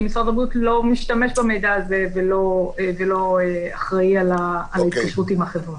כי משרד הבריאות לא משתמש במידע זה ולא אחראי על ההתקשרות עם החברה.